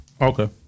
Okay